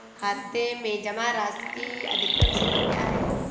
खाते में जमा राशि की अधिकतम सीमा क्या है?